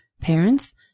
parents